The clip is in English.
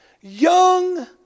young